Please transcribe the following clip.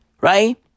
Right